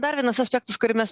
dar vienas aspektas kurį mes